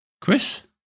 Chris